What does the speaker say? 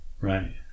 Right